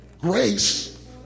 grace